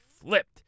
flipped